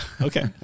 okay